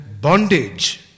bondage